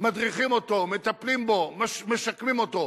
מדריכים אותו, מטפלים בו, משקמים אותו.